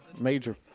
major